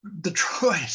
Detroit